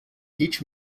each